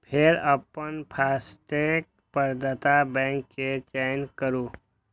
फेर अपन फास्टैग प्रदाता बैंक के चयन करू